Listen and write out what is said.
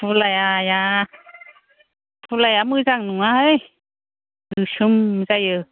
खुलाया मोजां नङाहाय गोसोम जायो